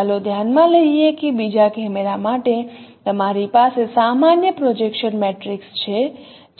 ચાલો ધ્યાનમાં લઈએ કે બીજા કેમેરા માટે તમારી પાસે સામાન્ય પ્રોજેક્શન મેટ્રિક્સ છે